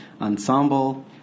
ensemble